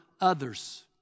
others